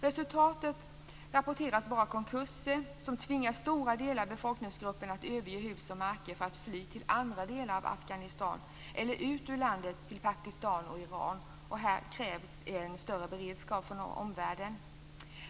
Resultatet rapporteras vara konkurser som tvingar stora delar av befolkningsgrupper att överge hus, hem och marker för att fly till andra delar av Afghanistan eller ut ur landet till Pakistan och Iran. Här krävs en större beredskap från omvärlden.